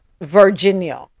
virginia